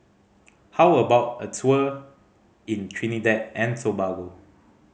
how about a tour in Trinidad and Tobago